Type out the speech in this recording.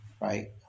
right